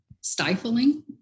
stifling